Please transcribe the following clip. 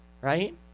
Right